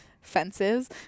fences